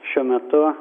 šiuo metu